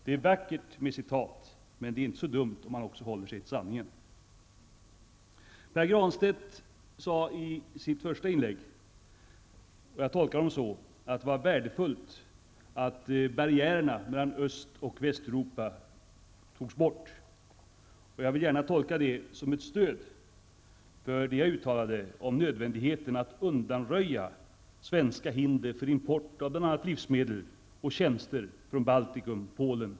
Det är vackert med citat, men det är inte så dumt om man också håller sig till sanningen. Pär Granstedt sade i sitt första inlägg att det var värdefullt att barriärerna mellan Öst och Västeuropa togs bort. Jag vill gärna tolka det som ett stöd för det jag uttalade om nödvändigheten av att undanröja svenska hinder för import av bl.a.